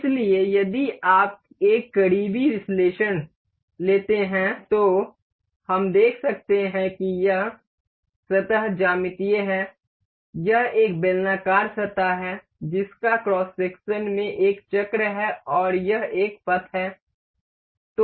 इसलिए यदि आप एक करीबी विश्लेषण लेते हैं तो हम देख सकते हैं कि यह सतह ज्यामितीय है यह एक बेलनाकार सतह है जिसका क्रॉस सेक्शन में एक चक्र है और यह एक पथ है